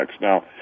Now